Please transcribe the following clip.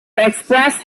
expressed